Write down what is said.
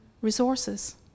resources